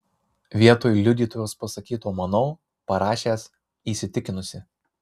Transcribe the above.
vietoj liudytojos pasakyto manau parašęs įsitikinusi